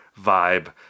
vibe